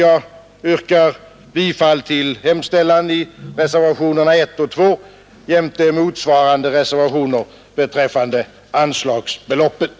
Jag yrkar bifall till reservationerna 1 och 2 jämte motsvarande reservationer beträffande anslagsbeloppet.